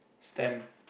stamp